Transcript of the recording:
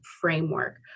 framework